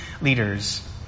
leaders